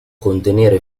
contenere